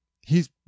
He's-